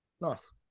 Nice